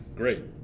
Great